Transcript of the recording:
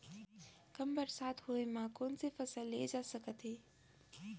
कम बरसात होए मा कौन से फसल लेहे जाथे सकत हे?